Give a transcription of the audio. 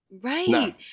Right